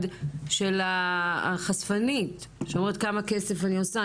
של החשפנית שאומרת כמה כסף אני עושה,